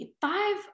five